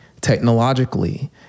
technologically